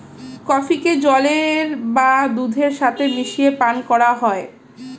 কফিকে জলের বা দুধের সাথে মিশিয়ে পান করা হয়